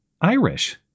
Irish